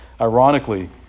Ironically